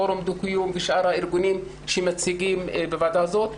מפורום דו-קיום ושאר הארגונים שמציגים בוועדה הזאת.